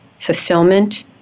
Fulfillment